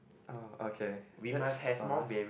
oh okay that's fast